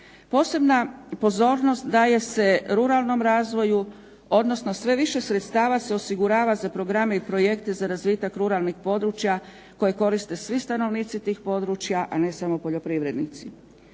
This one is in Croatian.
Posebna pozornost daje se ruralnom razvoju odnosno sve više sredstava se osigurava za programe i projekte za razvitak ruralnih područja koje koriste svi stanovnici tih područja, a ne samo poljoprivrednici.